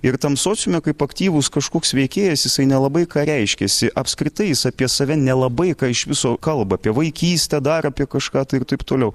ir tam sociume kaip aktyvus kažkoks veikėjas jisai nelabai ką reiškėsi apskritai jis apie save nelabai ką iš viso kalba apie vaikystę dar apie kažką tai ir taip toliau